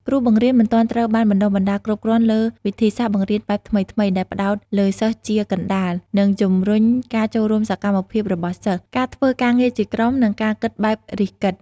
គ្រូបង្រៀនមិនទាន់ត្រូវបានបណ្តុះបណ្តាលគ្រប់គ្រាន់លើវិធីសាស្ត្របង្រៀនបែបថ្មីៗ ដែលផ្តោតលើសិស្សជាកណ្តាល និងជំរុញការចូលរួមសកម្មរបស់សិស្ស ការធ្វើការងារជាក្រុម និងការគិតបែបរិះគិត។